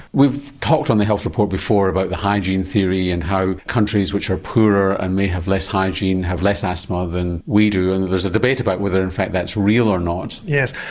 we've talked on the health report before about the hygiene theory and how countries which are poorer and may have less hygiene have less asthma than we do and there's a debate about whether in fact that's real or not. yes,